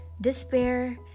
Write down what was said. despair